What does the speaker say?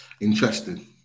Interesting